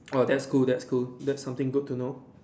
!wah! that's cool that's cool that's something good to know